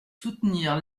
soutenir